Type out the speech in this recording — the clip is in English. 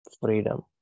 freedom